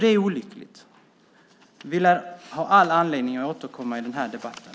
Det är olyckligt. Vi lär ha all anledning att återkomma till den här debatten.